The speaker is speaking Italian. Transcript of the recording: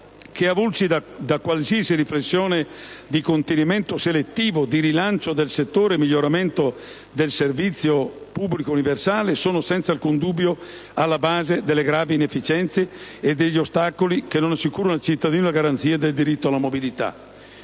che, avulse da qualsiasi riflessione di contenimento selettivo, di rilancio del settore e miglioramento del servizio pubblico universale, sono senza alcun dubbio alla base delle gravi inefficienze e degli ostacoli che non assicurano al cittadino la garanzia del diritto alla mobilità.